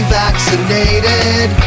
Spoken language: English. vaccinated